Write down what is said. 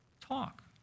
talk